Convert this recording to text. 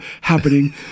happening